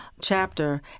chapter